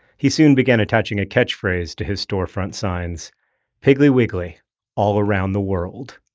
he soon began attaching a catchphrase to his storefront signs piggly wiggly all around the world.